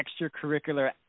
extracurricular